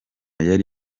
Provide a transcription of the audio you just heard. yari